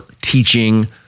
teaching